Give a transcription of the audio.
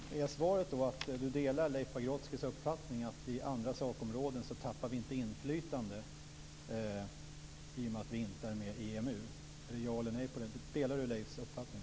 Fru talman! Är svaret då att Bosse Ringholm delar Leif Pagrotskys uppfattning att vi inte tappar inflytande på andra sakområden i och med att vi inte är med i EMU? Delar finansministern Leif Pagrotskys uppfattning?